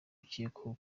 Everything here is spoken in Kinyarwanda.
ukekwaho